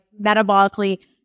metabolically